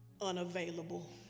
unavailable